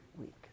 week